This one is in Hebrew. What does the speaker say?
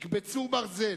יקבצו ברזל...